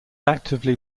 actively